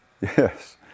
Yes